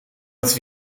het